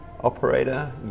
operator